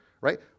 right